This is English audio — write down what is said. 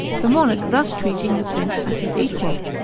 the monarch thus treating the prince as his equal.